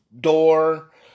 door